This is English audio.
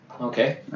Okay